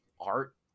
art